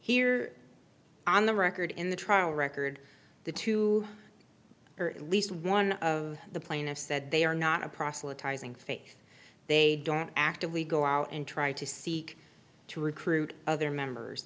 here on the record in the trial record the two or at least one of the plaintiffs said they are not a proselytizing faith they don't actively go out and try to seek to recruit other members